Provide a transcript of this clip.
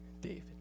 David